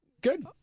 Good